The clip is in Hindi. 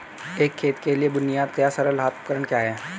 एक खेत के लिए बुनियादी या सरल हाथ उपकरण क्या हैं?